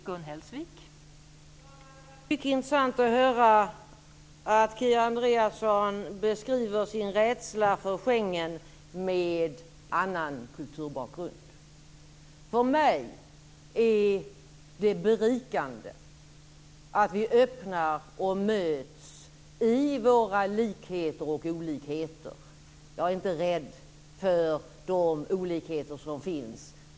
Fru talman! Det var mycket intressant att höra att Kia Andreasson beskriver sin rädsla för Schengen med att länderna har olika kulturbakgrund. För mig är det berikande att vi är öppna och möts i våra likheter och olikheter. Jag är inte rädd för de olikheter som finns.